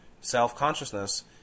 self-consciousness